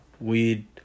weed